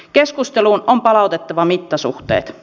keskusteluun on palautettava mittasuhteet